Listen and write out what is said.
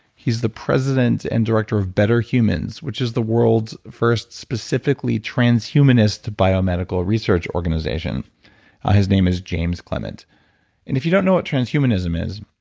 he's the president and director of betterhumans which is the world's first specifically transhumanist bio-medical research organization his name is james clement and if you don't know what trans-humanism is,